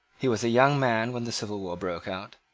he was a young man when the civil war broke out.